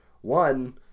one